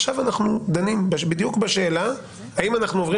עכשיו אנחנו דנים בדיוק בשאלה האם אנחנו עוברים